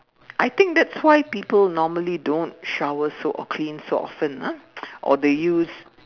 I think that's why people normally don't shower so clean so often ah or they use